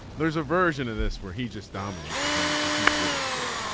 there's a version of this where he just dominates again because he's really good.